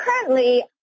currently